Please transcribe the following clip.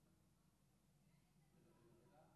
לתפוס